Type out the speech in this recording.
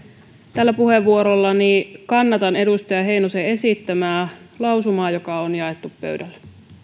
tällä puheenvuorollani kannatan edustaja heinosen esittämää lausumaa joka on jaettu pöydälle